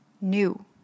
new